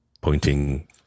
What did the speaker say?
pointing